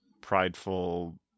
prideful